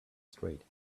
straight